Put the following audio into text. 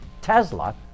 Tesla